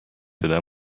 شدم